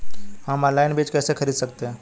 हम ऑनलाइन बीज कैसे खरीद सकते हैं?